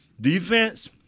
defense